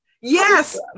Yes